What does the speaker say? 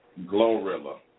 Glorilla